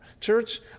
Church